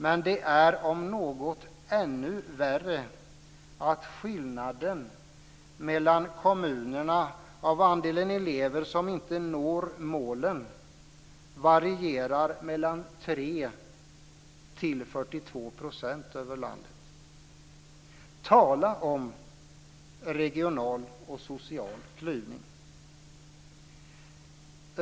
men det är om möjligt ännu värre att skillnaden mellan kommunerna av andelen elever som inte når målen varierar mellan 3 och 42 % över landet. Tala om regional och social klyvning!